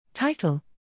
Title